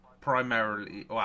primarily